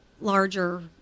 larger